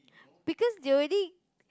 because they already